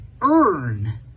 earn